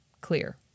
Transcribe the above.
clear